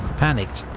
panicked,